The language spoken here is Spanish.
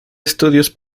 estudios